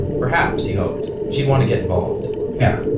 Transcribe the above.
perhaps, he hoped, she'd want to get involved yeah,